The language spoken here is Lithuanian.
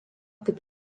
kaip